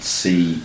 see